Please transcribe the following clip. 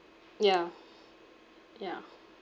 yeah yeah